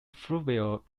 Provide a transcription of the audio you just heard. fluvial